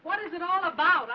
what is it all about